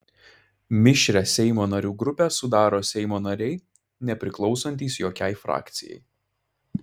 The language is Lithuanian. mišrią seimo narių grupę sudaro seimo nariai nepriklausantys jokiai frakcijai